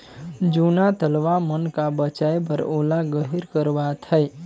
जूना तलवा मन का बचाए बर ओला गहिर करवात है